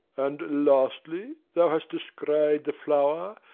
and, lastly, thou hast descry'd the flower,